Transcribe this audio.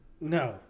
No